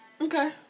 Okay